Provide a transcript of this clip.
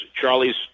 Charlie's